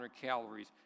calories